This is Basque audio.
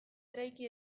eraiki